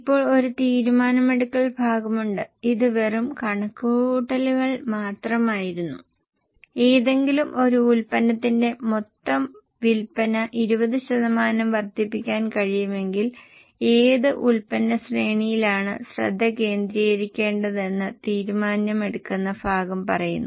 ഇപ്പോൾ ഒരു തീരുമാനമെടുക്കൽ ഭാഗമുണ്ട് ഇത് വെറും കണക്കുകൂട്ടൽ മാത്രമായിരുന്നു ഏതെങ്കിലും ഒരു ഉൽപ്പന്നത്തിന്റെ മൊത്തം വിൽപ്പന 20 ശതമാനം വർദ്ധിപ്പിക്കാൻ കഴിയുമെങ്കിൽ ഏത് ഉൽപ്പന്ന ശ്രേണിയിലാണ് ശ്രദ്ധ കേന്ദ്രീകരിക്കേണ്ടതെന്ന് തീരുമാനമെടുക്കുന്ന ഭാഗം പറയുന്നു